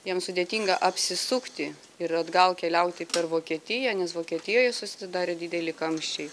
jiem sudėtinga apsisukti ir atgal keliauti per vokietiją nes vokietijoje susidarė dideli kamščiai